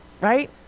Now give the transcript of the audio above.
Right